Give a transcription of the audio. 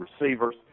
receivers